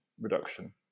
reduction